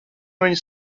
viņa